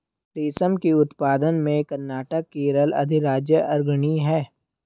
रेशम के उत्पादन में कर्नाटक केरल अधिराज्य अग्रणी है